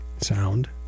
sound